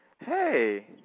Hey